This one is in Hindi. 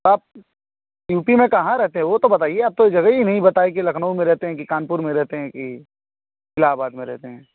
आप यू पी में कहाँ रहते हो वह तो बताइए आप तो जगह ही नहीं बताए कि लखनऊ में रहते हैं कि कानपुर में रहते हैं की इलाहाबाद में रहते हैं